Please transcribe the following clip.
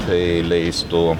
tai leistų